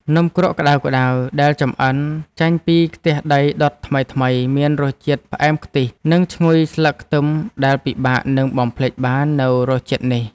នំគ្រក់ក្ដៅៗដែលចម្អិនចេញពីខ្ទះដីដុតថ្មីៗមានរសជាតិផ្អែមខ្ទិះ និងឈ្ងុយស្លឹកខ្ទឹមដែលពិបាកនឹងបំភ្លេចបាននូវរសជាតិនេះ។